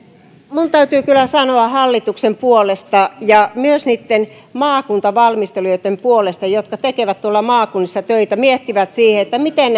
minun täytyy kyllä sanoa hallituksen puolesta ja myös niitten maakuntavalmistelijoitten puolesta jotka tekevät tuolla maakunnissa töitä miettivät sitä miten